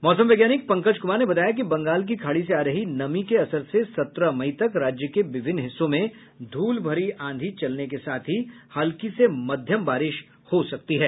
मौसम वैज्ञानिक पंकज कुमार ने बताया कि बंगाल की खाड़ी से आ रही नमी के असर से सत्रह मई तक राज्य के विभिन्न हिस्सों में धूल भरी आंधी चलने के साथ ही हल्की से मध्यम बारिश हो सकती है